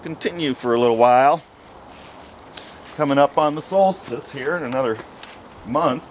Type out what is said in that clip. continue for a little while coming up on the solstice here another month